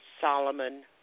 Solomon